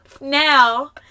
now